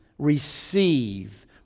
receive